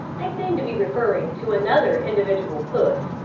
i seem to be referring to another individual puss,